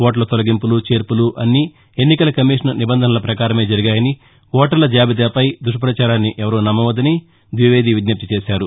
ఓట్ల తొలగింపులు చేర్పులు అన్ని ఎన్నికల కమిషన్ నిబంధనల పకారమే జరిగాయని ఓటర్ల జాబితాపై దుప్పచారాన్ని ఎవరూ నమ్మొద్దని ద్వివేది విజ్ఞప్తి చేశారు